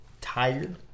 tired